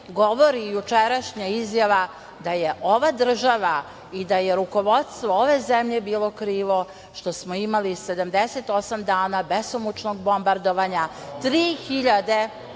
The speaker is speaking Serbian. govori jučerašnja izjava da je ova država i da je rukovodstvo ove zemlje bilo krivo što smo imali 78 dana besomučnog bombardovanja, tri